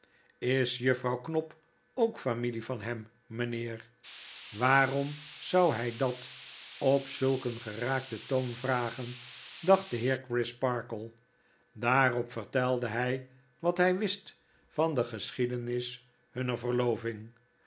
js juffrouw knop mynheer waarom zou hg dat op zulk een geraakten toon vragen dacht de heer crisparkle daarop vertelde hjj wat hfl wist van de geschiedenis hunner verloving